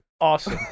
awesome